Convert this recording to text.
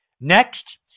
Next